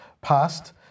passed